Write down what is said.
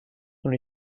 dans